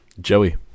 Joey